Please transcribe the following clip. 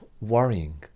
worrying